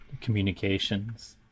communications